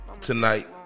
tonight